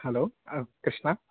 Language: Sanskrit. हलो कृष्ण